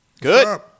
Good